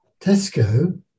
Tesco